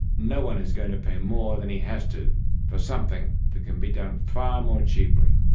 no one is going to pay more than he has to for something that can be done far more cheaply.